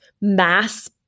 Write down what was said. mass